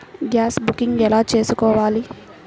Gas booking ఎలా చేసుకోవాలి?